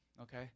okay